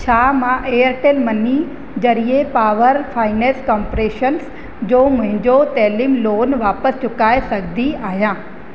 छा मां Airtel Money ज़रिए पावर फाइनेंस कंप्रेशन्स जो मुंहिंजो तइलीम लोन वापसि चुकाए सघंदी आहियां